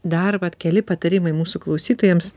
dar vat keli patarimai mūsų klausytojams